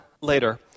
later